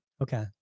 Okay